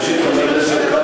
ראשית,